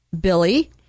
Billy